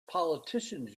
politicians